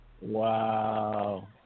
Wow